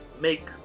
Make